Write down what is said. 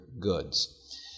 goods